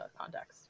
context